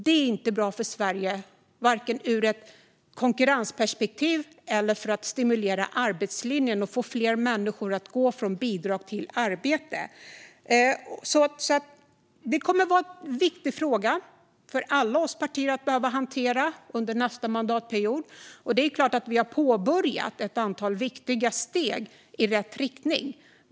Det är inte bra för Sverige, vare sig ur ett konkurrensperspektiv eller för att stimulera arbetslinjen och få fler människor att gå från bidrag till arbete. Det kommer att vara en viktig fråga för alla oss partier att hantera under nästa mandatperiod. Det är klart att vi har påbörjat ett antal viktiga steg i rätt riktning.